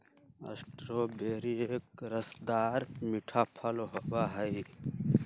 strawberry एक रसदार मीठा फल होबा हई